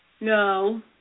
no